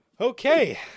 okay